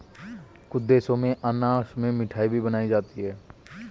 कुछ देशों में अनानास से मिठाई भी बनाई जाती है